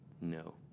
No